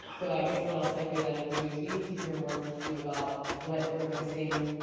um so i guess what i'll segue that into is, we need to hear more from you about what we're missing,